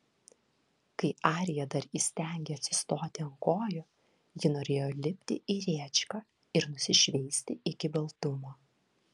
kai arija dar įstengė atsistoti ant kojų ji norėjo lipti į rėčką ir nusišveisti iki baltumo